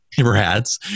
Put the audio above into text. Rats